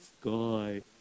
sky